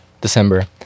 December